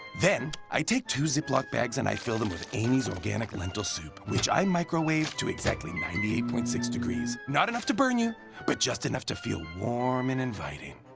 then, i take two zip lock bags and i fill them with amy's organic lentil soup. which i microwave to exactly ninety eight point six degrees, not enough to burn you but just enough to feel warm and inviting.